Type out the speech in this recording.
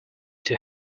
too